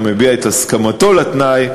המביע את הסכמתו לתנאי,